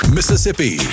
Mississippi